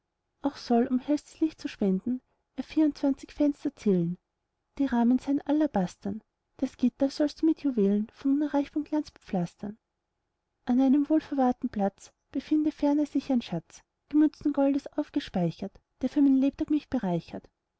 auch soll um hellstes licht zu spenden er vierundzwanzig fenster zählen die rahmen seien alabastern das gitter sollst du mit juwelen von unerreichtem glanz bepflastern an einem wohlverwahrten platz befinde ferner sich ein schatz gemünzten goldes aufgespeichert der für mein lebtag mich bereichert